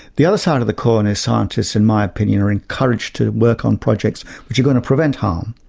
the other side of the coin is scientists in my opinion are encouraged to work on projects which are going to prevent harm.